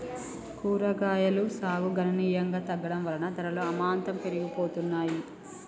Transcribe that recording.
కూరగాయలు సాగు గణనీయంగా తగ్గడం వలన ధరలు అమాంతం పెరిగిపోతున్నాయి